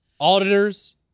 Auditors